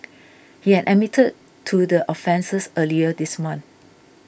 she had admitted to the offences earlier this month